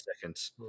seconds